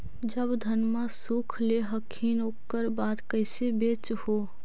जब धनमा सुख ले हखिन उकर बाद कैसे बेच हो?